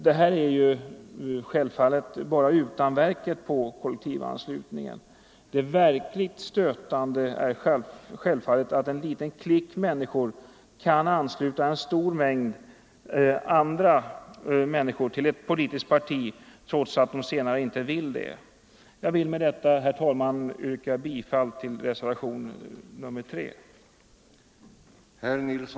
Det här är självfallet bara utanverket på kollektivanslutningen. Det verkligt stötande är givetvis att en liten klick människor kan ansluta en stor mängd andra människor till ett politiskt parti trots att de senare inte vet det. Jag vill med det anförda, herr talman, yrka bifall till reservationen IX